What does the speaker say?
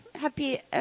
happy